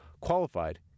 qualified